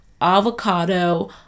avocado